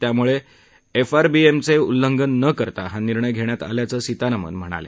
त्यामुळे एफआरबीएमचे उल्लंघन न करता हा निर्णय घेण्यात आल्याचे सीतारामन म्हणाल्या